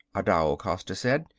adao costa said.